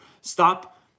Stop